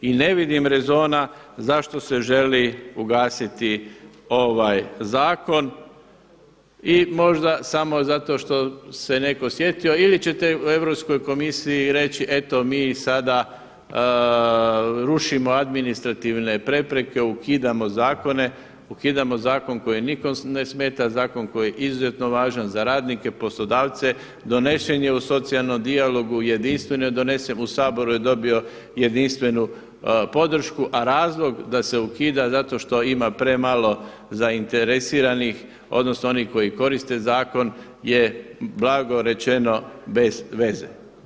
I ne vidim rezona zašto se želi ugasiti ovaj zakon i možda samo zato što se netko sjetio ili ćete Europskoj komisiji reći eto mi sada rušimo administrativne prepreke, ukidamo zakone, ukidamo zakon koji nikome ne smeta, zakon koji je izuzetno važan za radnike, poslodavce, donesen je u socijalnom dijalogu, jedinstveno je donesen, u Saboru je dobio jedinstvenu podršku a razlog da se ukida zato što ima premalo zainteresiranih odnosno onih koji koriste zakon je blago rečeno bez veze.